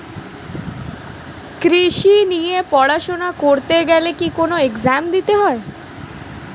কৃষি নিয়ে পড়াশোনা করতে গেলে কি কোন এগজাম দিতে হয়?